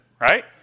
Right